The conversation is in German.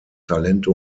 talente